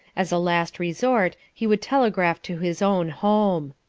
as a last resort, he would telegraph to his own home.